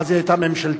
אז היא היתה ממשלתית.